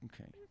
Okay